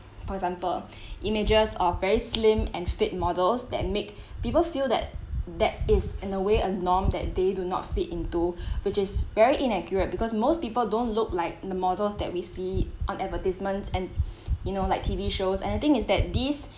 for example images or very slim and fit models that make people feel that that is in a way a norm that they do not fit into which is very inaccurate because most people don't look like the models that we see on advertisements and you know like T_V shows and I think is that these